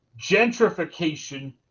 Gentrification